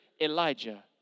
Elijah